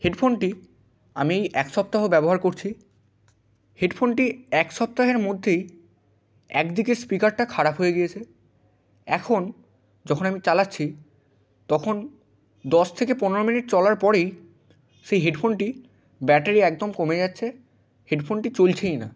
হেডফোনটি আমি এক সপ্তাহ ব্যবহার করছি হেডফোনটি এক সপ্তাহের মধ্যেই এক দিকের স্পিকারটা খারাপ হয়ে গিয়েছে এখন যখন আমি চালাছি তখন দশ থেকে পনেরো মিনিট চলার পরেই সেই হেডফোনটি ব্যাটারি একদম কমে যাচ্ছে হেডফোনটি চলছেই না